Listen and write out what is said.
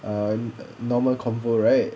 ah normal convo right